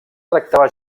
tractava